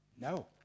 No